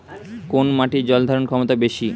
কোন মাটির জল ধারণ ক্ষমতা বেশি?